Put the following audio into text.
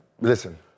Listen